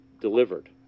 delivered